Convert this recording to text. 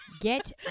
get